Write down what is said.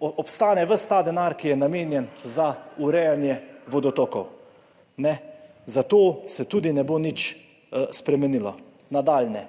obstane ves ta denar, ki je namenjen za urejanje vodotokov. Zato se tudi ne bo nič spremenilo. Nadalje.